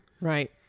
Right